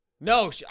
no